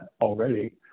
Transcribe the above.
already